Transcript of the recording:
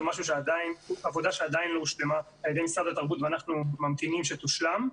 זאת עבודה שעדיין לא הושלמה על ידי משרד התרבות ואנחנו ממתינים שתושלם.